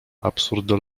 absurdo